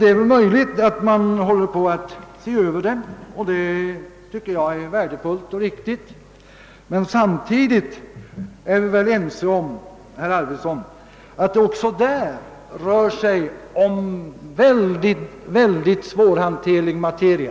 Det är möjligt att det förhåller sig så, vilket jag i så fall tycker är värdefullt, men samtidigt är vi väl ense om, herr Arvidson, att det också härvidlag rör sig om synnerligen svårhanterlig materia.